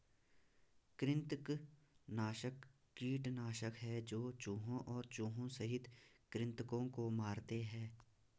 कृंतकनाशक कीटनाशक है जो चूहों और चूहों सहित कृन्तकों को मारते है